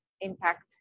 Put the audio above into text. impact